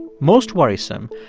most worrisome,